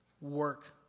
work